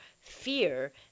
fear